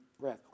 breath